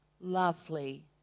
lovely